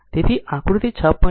તેથી આકૃતિ 6